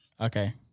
Okay